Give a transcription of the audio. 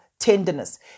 tenderness